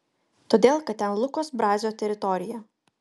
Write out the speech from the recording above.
todėl kad ten lukos brazio teritorija